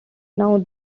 now